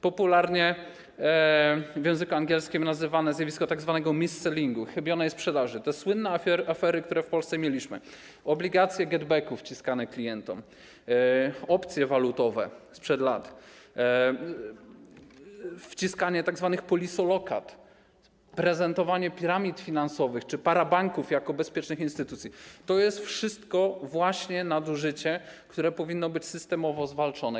Popularnie w języku angielskim nazywane zjawisko tzw. missellingu, chybionej sprzedaży, te słynne afery, które w Polsce mieliśmy: obligacje GetBacku wciskane klientom, opcje walutowe sprzed lat, wciskanie tzw. polisolokat, prezentowanie piramid finansowych czy parabanków jako bezpiecznych instytucji - to wszystko to właśnie nadużycie, które powinno być systemowo zwalczone.